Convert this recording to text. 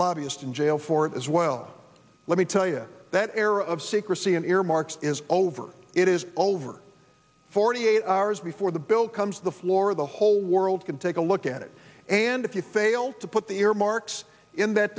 lobbyist in jail for it as well let me tell you that era of secrecy and earmarks is over it is over forty eight hours before the bill comes to the floor the whole world can take a look at it and if you fail to put the earmarks in that